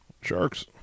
sharks